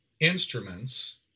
instruments